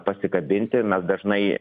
pasikabinti mes dažnai